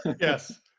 Yes